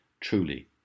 truly